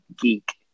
geek